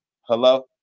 Hello